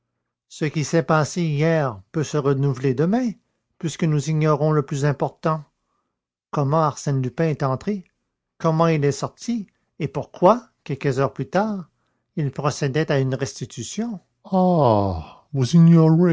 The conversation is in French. ce qui s'est passé hier peut se renouveler demain puisque nous ignorons le plus important comment arsène lupin est entré comment il est sorti et pourquoi quelques heures plus tard il procédait à cette restitution